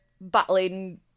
battling